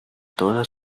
toda